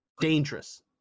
dangerous